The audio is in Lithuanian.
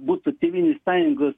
būtų tėvynės sąjungos